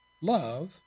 love